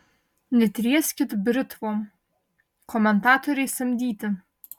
netrieskit britvom komentatoriai samdyti